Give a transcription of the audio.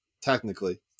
technically